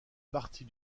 partie